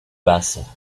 basse